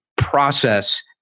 process